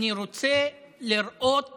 אני רוצה לראות